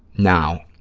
now.